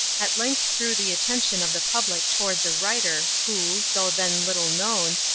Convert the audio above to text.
at length drew the attention of the public towards a writer, who, though then little known,